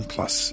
Plus